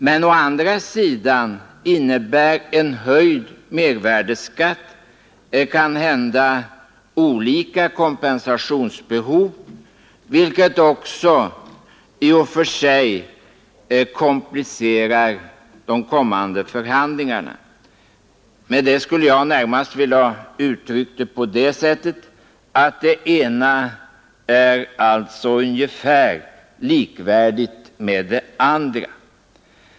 Men å andra sidan innebär en höjd mervärdeskatt kanhända olika kompensationsbehov, vilket också i och för sig komplicerar de kommande förhandlingarna. Jag skulle närmast vilja uttrycka det så att det ena är ungefär likvärdigt med det andra.